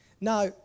Now